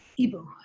Ibu